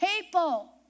people